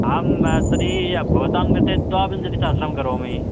आं तर्हि भवतां कृते द्वाविंशतिसहस्रं करोमि